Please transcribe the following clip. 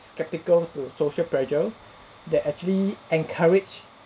sceptical to social pressure that actually encourage